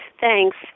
Thanks